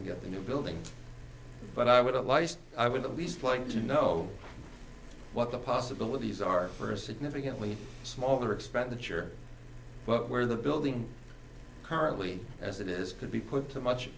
to get the new building but i would at least i would at least like to know what the possibilities are for a significantly smaller expenditure but where the building currently as it is could be put to much